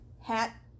Hat